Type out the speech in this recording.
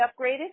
upgraded